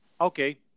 okay